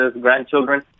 grandchildren